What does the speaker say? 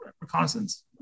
reconnaissance